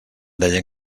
deien